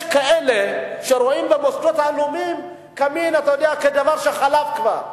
יש כאלה שרואים במוסדות הלאומיים דבר שחלף כבר.